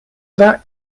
that